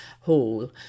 hall